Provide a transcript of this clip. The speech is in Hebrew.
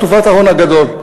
טובת ההון הגדול,